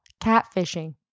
catfishing